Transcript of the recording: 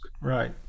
Right